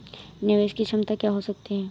निवेश की क्षमता क्या हो सकती है?